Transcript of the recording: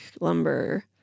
lumber